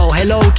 hello